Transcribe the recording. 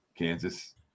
Kansas